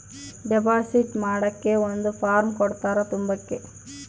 deposit ಮಾಡಕ್ಕೆ ಒಂದ್ form ಕೊಡ್ತಾರ ತುಂಬಕ್ಕೆ